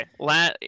Okay